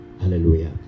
Hallelujah